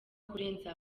kurenza